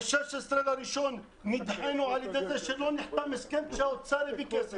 ב-16 בינואר נדחינו על ידי כך שלא נחתם הסכם שהאוצר הביא כסף.